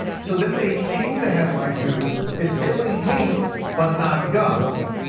so then they changed the headline to assailing hate but not guns.